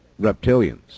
reptilians